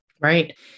Right